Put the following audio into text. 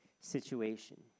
situation